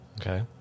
Okay